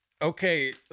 Okay